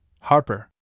Harper